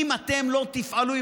אם אתם לא תפעלו,